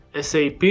SAP